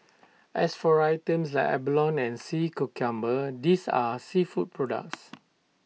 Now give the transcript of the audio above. as for items like abalone and sea cucumber these are seafood products